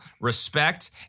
respect